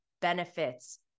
benefits